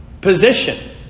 position